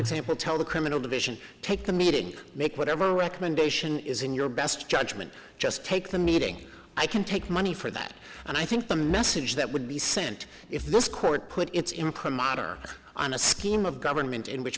example tell the criminal division take the meeting make whatever recommendation is in your best judgment just take the meeting i can take money for that and i think the message that would be sent if this court put its imprimatur on a scheme of government in which